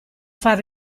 far